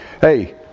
hey